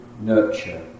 nurture